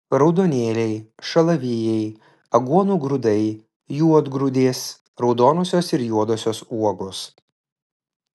raudonėliai šalavijai aguonų grūdai juodgrūdės raudonosios ir juodosios uogos